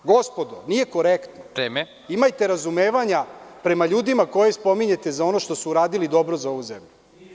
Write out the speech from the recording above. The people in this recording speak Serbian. Gospodo, nije korektno. (Predsednik: Vreme.) Imajte razumevanja prema ljudima koje spominjete za ono što su uradili dobro za ovu zemlju.